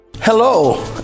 Hello